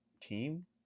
team